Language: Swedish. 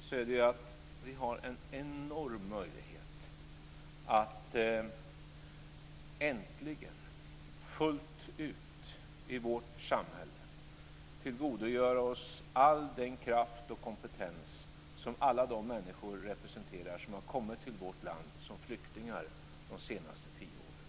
så är det att vi har en enorm möjlighet att äntligen fullt ut i vårt samhälle tillgodogöra oss all den kraft och kompetens som alla de människor representerar som har kommit till vårt land som flyktingar de senaste tio åren.